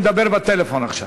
שמדבר בטלפון עכשיו.